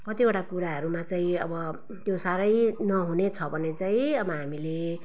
कतिवटा कुराहरूमा चाहिँ अब त्यो साह्रै नहुने छ भने चाहिँ अब हामीले